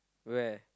where